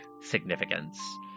significance